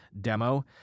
demo